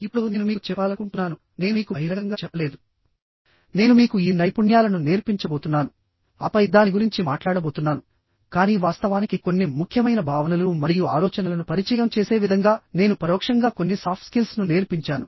ఇప్పుడు నేను మీకు చెప్పాలనుకుంటున్నాను నేను మీకు బహిరంగంగా చెప్పలేదునేను మీకు ఈ నైపుణ్యాలను నేర్పించబోతున్నాను ఆపై దాని గురించి మాట్లాడబోతున్నాను కానీ వాస్తవానికి కొన్ని ముఖ్యమైన భావనలు మరియు ఆలోచనలను పరిచయం చేసే విధంగా నేను పరోక్షంగా కొన్ని సాఫ్ట్ స్కిల్స్ ను నేర్పించాను